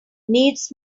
needs